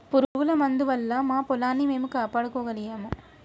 పురుగుల మందు వల్ల మా పొలాన్ని మేము కాపాడుకోగలిగాము